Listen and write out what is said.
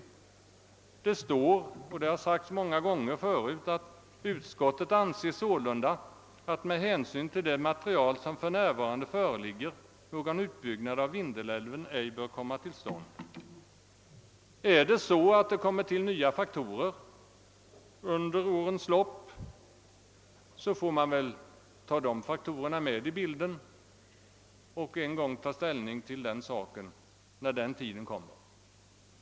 Det står i utlåtandet — och det har sagts många gånger förut — att utskottet anser att »med hänsyn till det material som för närvarande föreligger, någon utbyggnad av Vindelälven ej bör komma tillstånd». Är det så, att det under årens lopp tillkommer nya faktorer, får man ta dessa faktorer med i bilden och ta ställning i frågan, när den tiden kommer.